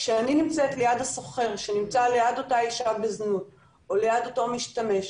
כשאני נמצאת ליד הסוחר שנמצא ליד אותה אישה בזנות או ליד אותו משתמש,